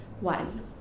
One